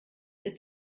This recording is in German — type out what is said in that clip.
ist